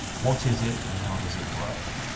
what is it and how does it work?